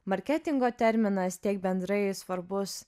marketingo terminas tiek bendrai svarbus